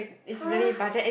!huh!